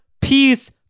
peace